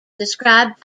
described